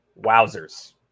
Wowzers